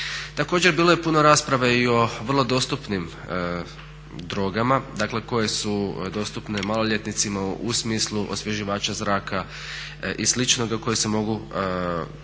Također bilo je puno rasprava i o vrlo dostupnim drogama dakle koje su dostupne maloljetnicima u smislu osvježivača zraka i sličnoga koje se mogu